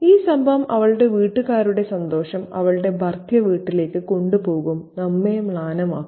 ഈ സംഭവം അവളുടെ വീട്ടുകാരുടെ സന്തോഷം അവളുടെ ഭർതൃ വീട്ടിലേക്ക് കൊണ്ടുപോകും നമ്മെ മ്ലാനമാക്കുന്നു